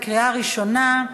בקריאה ראשונה.